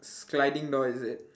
sliding door is it